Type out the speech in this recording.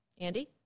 Andy